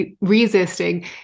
resisting